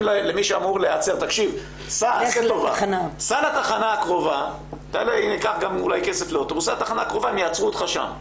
למי שאמור להיעצר לנסוע לתחנה הקרובה יעצרו אותך שם.